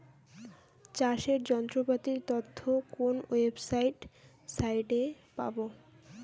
চাষের যন্ত্রপাতির তথ্য কোন ওয়েবসাইট সাইটে পাব?